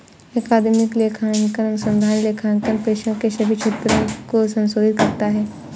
अकादमिक लेखांकन अनुसंधान लेखांकन पेशे के सभी क्षेत्रों को संबोधित करता है